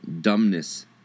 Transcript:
dumbness